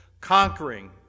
conquering